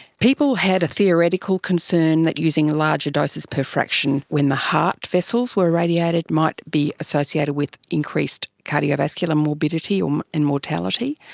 people had a theoretical concern that using larger doses per fraction when the heart vessels were irradiated might be associated with increased cardiovascular morbidity um and mortality,